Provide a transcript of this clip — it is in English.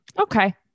okay